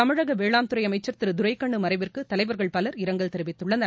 தமிழக வேளாண் துறை அமைச்சர் திரு துரைகண்ணு மறைவிற்கு தலைவர்கள் பலர் இரங்கல் தெரிவித்துள்ளனர்